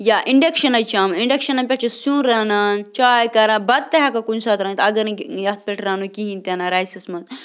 یا اِنٛڈَکشَن حظ چھِ آمٕتۍ اِنٛڈَکشَنَن پٮ۪ٹھ چھِ سیُن رَنان چاے کَران بَتہٕ تہِ ہٮ۪کو کُنہِ ساتہٕ رٔنِتھ اَگر نہٕ کہِ یَتھ پٮ۪ٹھ رَنو کِہیٖنۍ تہِ نہٕ رایسَس منٛز